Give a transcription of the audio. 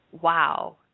Wow